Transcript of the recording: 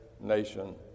nation